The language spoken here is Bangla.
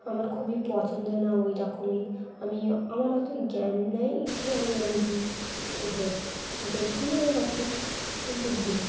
আমার খুবই পছন্দের না ওইরকমই আমি আমার অত জ্ঞান নাই যে আমি ওরম দেখি না ওইরকম কিন্তু